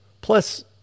Plus